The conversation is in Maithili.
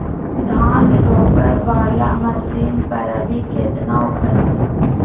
धान रोपय वाला मसीन पर अभी केतना ऑफर छै?